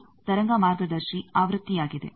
ಇದು ತರಂಗ ಮಾರ್ಗದರ್ಶಿ ಆವೃತ್ತಿಯಾಗಿದೆ